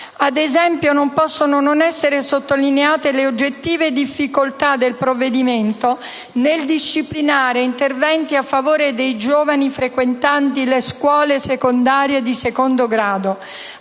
Ad esempio, non possono non essere sottolineate le oggettive difficoltà del provvedimento nel disciplinare interventi a favore dei giovani frequentanti le scuole secondarie di secondo grado.